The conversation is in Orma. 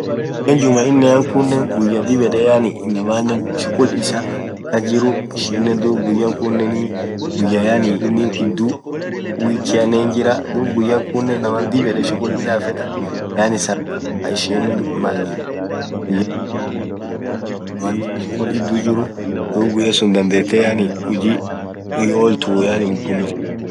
guyaa jumaaa nne kunen guyaa dhib yed yaani inamaanen shughul isaa kasjiru ishinen dhub guyyakhunen guyaa yaani idhuu week anen hinjiraa dhub guyya kunen inamaa dhib yed shughul midhafetthe yaani sana sana ishiin Mal guya akasisun guyaa inamaa shughul idhu jiru dhub guyya sunn dhandhethe yaani huji hiolthuu mpiziko tokkn hinjirtuu